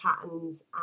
patterns